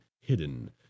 hidden